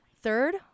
third